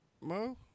Mo